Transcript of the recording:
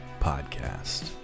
Podcast